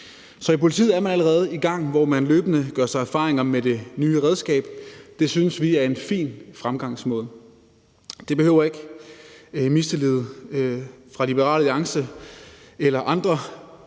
Så i politiet er man allerede i gang med løbende at gøre sig erfaringer med det nye redskab. Det synes vi er en fin fremgangsmåde. Det behøver ikke den mistillid fra Liberal Alliance eller andre,